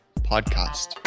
Podcast